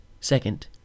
Second